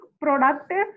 productive